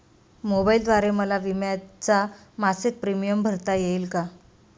मोबाईलद्वारे मला विम्याचा मासिक प्रीमियम भरता येईल का?